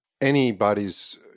anybody's